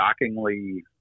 shockingly